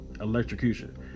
electrocution